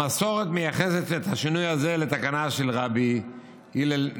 המסורת מייחסת את השינוי הזה לתקנה של רבי הלל,